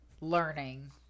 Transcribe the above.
learning